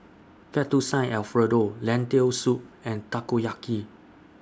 Fettuccine Alfredo Lentil Soup and Takoyaki